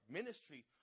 ministry